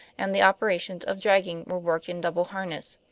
and the operations of dragging were worked in double harness.